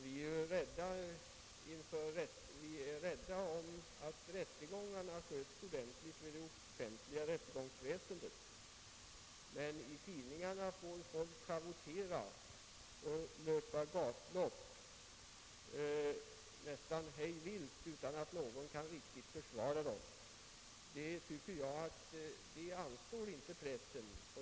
Vi slår vakt om att rättegångarna inom det offentliga rättegåne väsendet sköts ordentligt, men i tidningarna får människor schavottera och löpa gatlopp nästan hej vilt utan att någon kan försvara dem. Jag tycker inte att det anstår pressen.